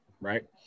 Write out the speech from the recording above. right